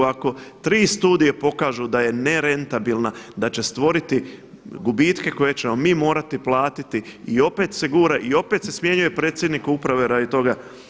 Ako tri studije pokažu da je nerentabilna, da će stvoriti gubitke koje ćemo mi morati platiti i opet se gura i opet se smjenjuje predsjednika uprave radi toga.